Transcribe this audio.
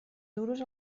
duros